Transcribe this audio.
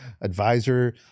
advisor